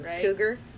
cougar